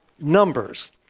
numbers